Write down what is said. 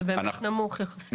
זה באמת נמוך יחסית.